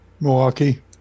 Milwaukee